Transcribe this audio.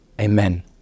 Amen